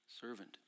Servant